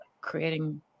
creating